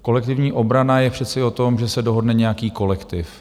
Kolektivní obrana je přece o tom, že se dohodne nějaký kolektiv.